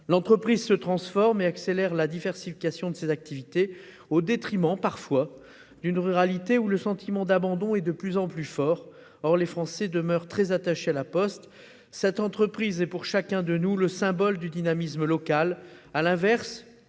L'entreprise se transforme et accélère la diversification de ses activités au détriment, parfois, d'une ruralité où le sentiment d'abandon est de plus en plus fort. Or les Français demeurent très attachés à La Poste. Cette entreprise est, pour chacun de nous, le symbole du dynamisme local. À l'inverse,